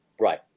Right